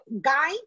guy